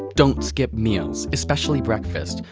don't skip meals. especially breakfast.